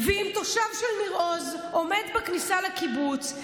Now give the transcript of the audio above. ואם תושב של ניר עוז עומד בכניסה לקיבוץ,